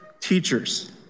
teachers